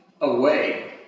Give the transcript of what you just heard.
away